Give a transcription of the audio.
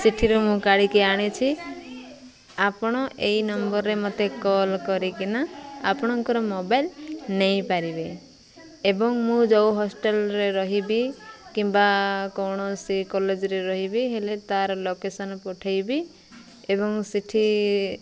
ସେଥିରୁ ମୁଁ କାଢ଼ିକି ଆଣିଛି ଆପଣ ଏଇ ନମ୍ବର୍ରେ ମୋତେ କଲ୍ କରିକିନା ଆପଣଙ୍କର ମୋବାଇଲ୍ ନେଇପାରିବେ ଏବଂ ମୁଁ ଯେଉଁ ହଷ୍ଟେଲ୍ରେ ରହିବି କିମ୍ବା କୌଣସି କଲେଜ୍ରେ ରହିବି ହେଲେ ତା'ର ଲୋକେସନ୍ ପଠେଇବି ଏବଂ ସେଠି